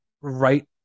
right